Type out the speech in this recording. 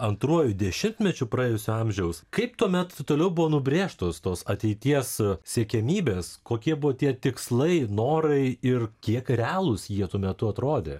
antruoju dešimtmečiu praėjusio amžiaus kaip tuomet toliau buvo nubrėžtos tos ateities siekiamybės kokie buvo tie tikslai norai ir kiek realūs jie tuo metu atrodė